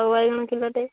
ଆଉ ବାଇଗଣ କିଲଟେ